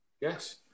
Yes